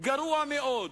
גרוע מאוד,